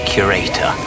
Curator